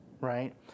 right